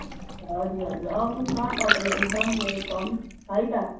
हजुर हजुर आउनुहोस् न तपाईँलाई एकदम वेलकम है त